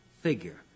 figure